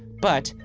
but,